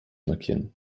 markieren